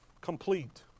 complete